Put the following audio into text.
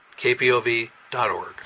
kpov.org